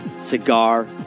Cigar